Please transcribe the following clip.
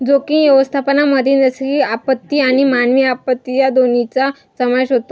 जोखीम व्यवस्थापनामध्ये नैसर्गिक आपत्ती आणि मानवी आपत्ती या दोन्हींचा समावेश होतो